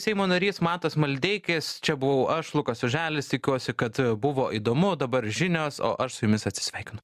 seimo narys matas maldeikis čia buvau aš lukas oželis tikiuosi kad buvo įdomu dabar žinios o aš su jumis atsisveikinu